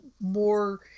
more